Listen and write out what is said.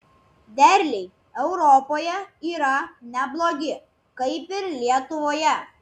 derliai europoje yra neblogi kaip ir lietuvoje